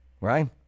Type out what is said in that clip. right